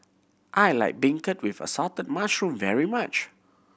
I like beancurd with assorted mushroom very much